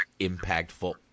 impactful